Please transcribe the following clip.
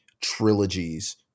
trilogies